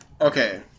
Okay